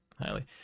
highly